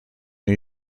new